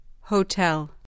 Hotel